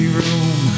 room